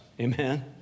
amen